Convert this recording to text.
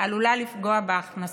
עלולה לפגוע בהכנסה,